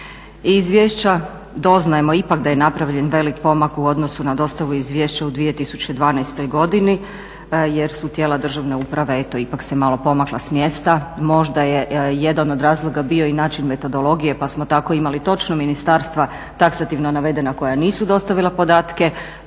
Iz izvješća doznajemo ipak da je napravljen veliki pomak u odnosu na dostavu izvješća u 2012. godini jer su tijela državne uprave eto ipak se malo pomakla s mjesta. Možda je jedan od razloga bio i način metodologije, pa smo tako imali točno ministarstva taksativno navedena koja nisu dostavila podatke.